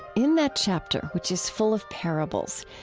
in that chapter, which is full of parables,